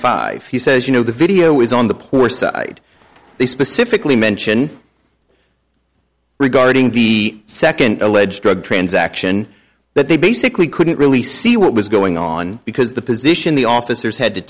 five he says you know the video is on the poor side they specifically mention regarding the second alleged drug transaction that they basically couldn't really see what was going on because the position the officers had to